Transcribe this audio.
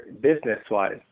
business-wise